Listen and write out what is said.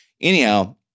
anyhow